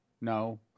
No